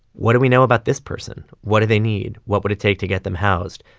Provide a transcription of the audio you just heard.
what do we know about this person? what do they need? what would it take to get them housed?